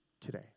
today